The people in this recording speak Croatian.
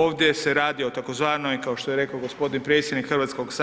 Ovdje se radi o tzv. kao što je rekao g. predsjednik HS,